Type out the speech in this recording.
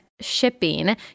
shipping